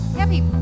happy